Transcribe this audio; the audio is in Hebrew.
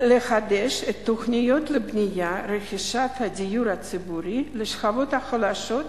לחדש את התוכניות לבנייה או לרכישה של דיור ציבורי לשכבות החלשות,